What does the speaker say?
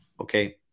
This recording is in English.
Okay